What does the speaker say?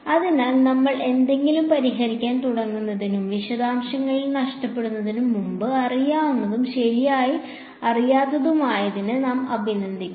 അതിനാൽ നമ്മൾ എന്തെങ്കിലും പരിഹരിക്കാൻ തുടങ്ങുന്നതിനും വിശദാംശങ്ങളിൽ നഷ്ടപ്പെടുന്നതിനും മുമ്പ് അറിയാവുന്നതും ശരിയായി അറിയാത്തതുമായതിനെ നാം അഭിനന്ദിക്കണം